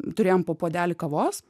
turėjom po puodelį kavos